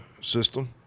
system